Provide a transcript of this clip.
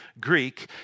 Greek